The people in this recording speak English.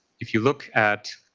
if you look at